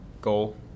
goal